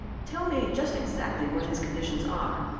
tell me just exactly what his conditions are.